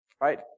right